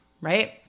Right